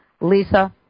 Lisa